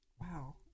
Wow